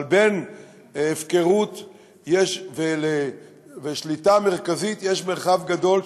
אבל בין הפקרות ושליטה מרכזית יש מרחב גדול,